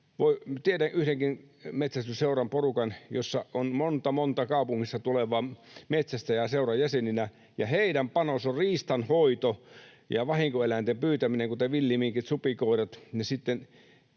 Tiedän yhdenkin metsästysseuran porukan, jossa on monta, monta kaupungista tulevaa metsästäjää seuran jäseninä, ja heidän panoksensa on riistanhoito ja vahinkoeläinten pyytäminen, kuten villiminkit, supikoirat,